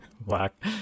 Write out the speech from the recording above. Black